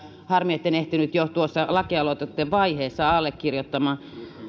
harmi etten ehtinyt jo tuossa lakialoitevaiheessa allekirjoittamaan